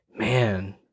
Man